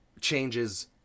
changes